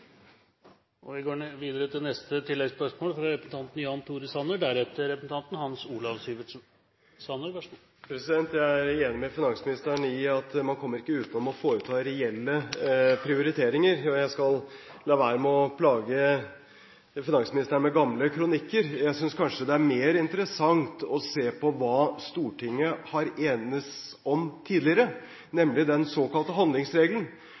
Jan Tore Sanner – til oppfølgingsspørsmål. Jeg er enig med finansministeren i at man kommer ikke utenom å foreta reelle prioriteringer. Jeg skal la være å plage finansministeren med gamle kronikker. Jeg synes kanskje det er mer interessant å se på hva Stortinget har enes om tidligere, nemlig den såkalte handlingsregelen.